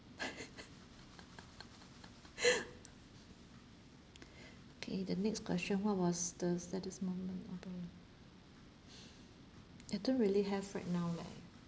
okay the next question what was the saddest moment okay I don't really have right now leh